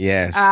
Yes